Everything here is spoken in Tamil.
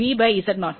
B Z 0